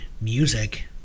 music